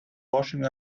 washing